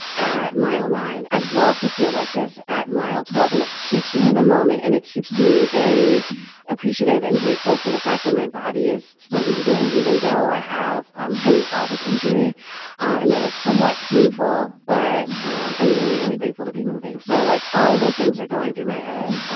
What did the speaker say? at mile nine, i'd love to feel like this. at mile twelve. and it keeps me in the moment and it keeps me very appreciative and grateful for the fact that my body is still moving, even though i have coming off of injury and that it's somewhat painful. but um i'm really, really grateful to be moving. so like all of those things are going through my head,